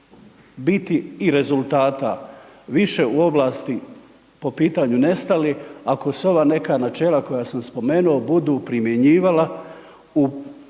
biti i rezultata više u oblasti po pitanju nestalih, ako se ova neka načela koja sam spomenuo, budu primjenjivala u